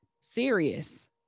serious